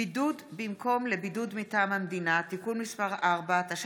הצעת חוק הפעלת תחבורה ציבורית בשבת,